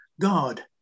god